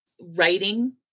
writing